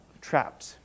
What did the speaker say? trapped